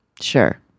Sure